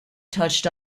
touched